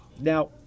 Now